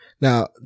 Now